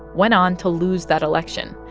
went on to lose that election,